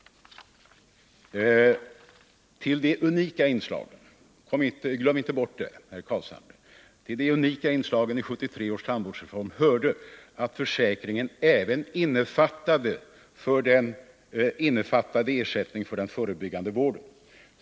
Till de unika inslagen i 1973 års tandvårdsreform hörde att försäkringen även innefattade ersättning för den förebyggande vården.